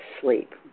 sleep